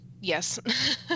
Yes